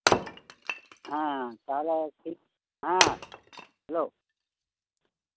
ᱦᱮᱸ ᱛᱟᱦᱞᱮ ᱦᱮᱸ ᱦᱮᱞᱳ